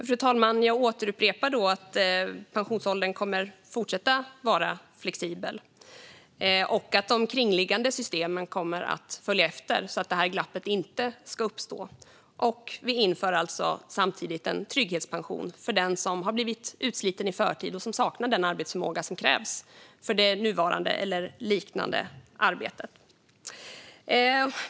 Fru talman! Jag återupprepar då att pensionsåldern kommer att fortsätta vara flexibel och att de kringliggande systemen kommer att följa efter så att det här glappet inte ska uppstå. Vi inför alltså samtidigt en trygghetspension för den som blivit utsliten i förtid och saknar den arbetsförmåga som krävs för nuvarande eller liknande arbete.